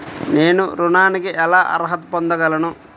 నేను ఋణానికి ఎలా అర్హత పొందగలను?